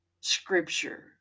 scripture